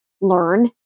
learn